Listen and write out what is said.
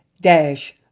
dash